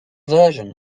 version